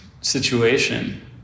situation